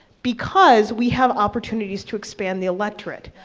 because we have opportunities to expand the electorate.